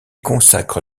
consacre